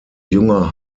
junger